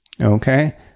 okay